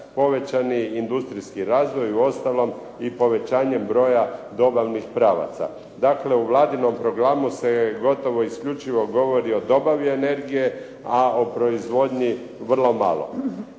povećani industrijski razvoj uostalom i povećanjem broja dobavnih pravaca.“ Dakle u Vladinom programu se isključivo govori o dobavi energije, a o proizvodnji vrlo malo.